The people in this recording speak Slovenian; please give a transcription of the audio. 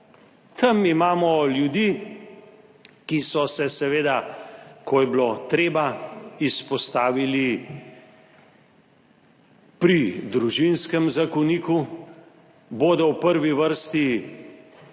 Tam imamo ljudi, ki so se seveda, ko je bilo treba, izpostavili pri Družinskem zakoniku, bodo v prvi vrsti tudi